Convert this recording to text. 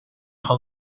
乘客